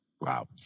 Wow